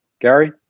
Gary